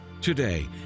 Today